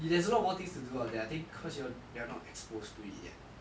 there's a lot more things to do out there cause I think you're not you're not exposed to it yet